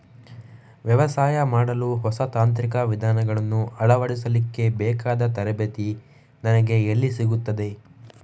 ವ್ಯವಸಾಯ ಮಾಡಲು ಹೊಸ ತಾಂತ್ರಿಕ ವಿಧಾನಗಳನ್ನು ಅಳವಡಿಸಲಿಕ್ಕೆ ಬೇಕಾದ ತರಬೇತಿ ನನಗೆ ಎಲ್ಲಿ ಸಿಗುತ್ತದೆ?